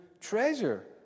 treasure